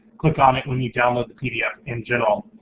click on it when you download the pdf in gen all.